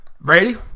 Brady